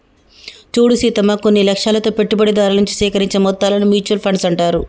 చూడు సీతమ్మ కొన్ని లక్ష్యాలతో పెట్టుబడిదారుల నుంచి సేకరించిన మొత్తాలను మ్యూచువల్ ఫండ్స్ అంటారు